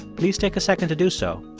please take a second to do so.